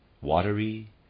watery